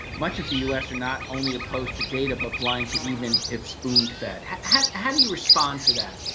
much of the us are not only opposed to data but blind to even if spoon fed. how how do you respond to that?